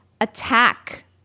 attack